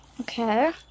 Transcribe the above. Okay